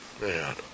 Man